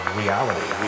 reality